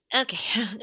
Okay